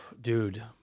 Dude